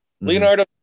leonardo